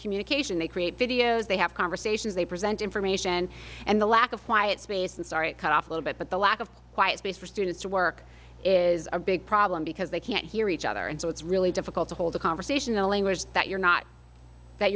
communication they create videos they have conversations they present information and the lack of quiet space and sorry it cut off a little bit but the lack of quiet space for students to work is a big problem because they can't hear each other and so it's really difficult to hold a conversation in a language that you're not that